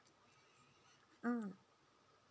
mm